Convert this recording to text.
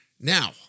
Now